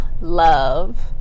love